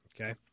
Okay